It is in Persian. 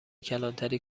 کلانتری